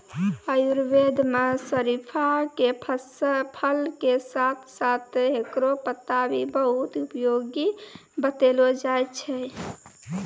आयुर्वेद मं शरीफा के फल के साथं साथं हेकरो पत्ता भी बहुत उपयोगी बतैलो जाय छै